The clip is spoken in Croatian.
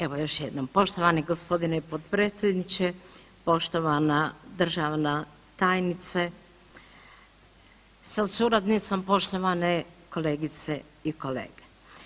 Evo još jednom, poštovani g. potpredsjedniče, poštovana državna tajnice sa suradnicom, poštovane kolegice i kolege.